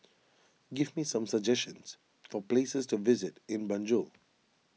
give me some suggestions for places to visit in Banjul